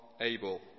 able